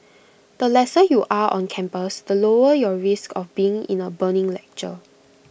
the lesser you'll are on campus the lower your risk of being in A burning lecture